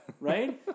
right